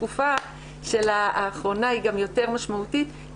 התקופה האחרונה היא גם יותר משמעותית.